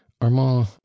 armand